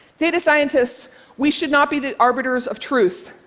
data scientists we should not be the arbiters of truth.